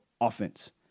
offense